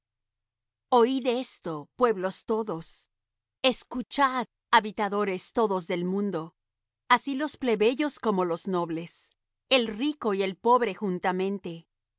oid esto pueblos todos escuchad habitadores todos del mundo así los plebeyos como los nobles el rico y el pobre juntamente